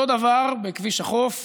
אותו הדבר בכביש החוף